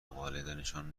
والدینشان